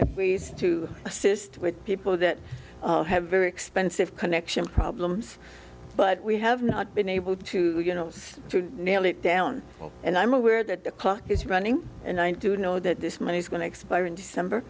at ways to assist with people that have very expensive connection problems but we have not been able to you know to nail it down and i'm aware that the clock is running and i didn't know that this money's going to expire in december